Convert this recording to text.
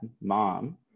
mom